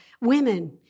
women